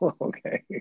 okay